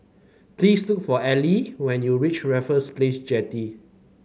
please took for Eli when you reach Raffles Place Jetty